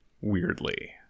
Weirdly